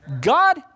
God